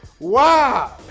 Wow